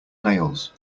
nails